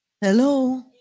Hello